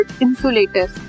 insulators